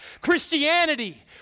Christianity